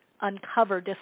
uncover